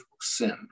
sin